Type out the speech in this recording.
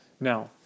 Now